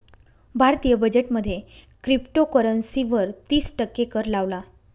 भारतीय बजेट मध्ये क्रिप्टोकरंसी वर तिस टक्के कर लावला